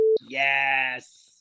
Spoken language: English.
Yes